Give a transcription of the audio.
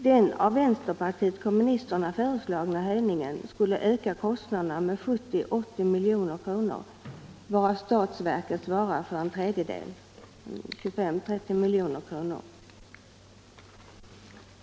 Den av vänsterpartiet kommunisterna föreslagna höjningen skulle öka kostnaderna med 70-80 milj.kr., varav statsverket svarar för en tredjedel, dvs. 25-30 milj.kr.